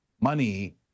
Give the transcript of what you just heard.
money